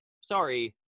sorry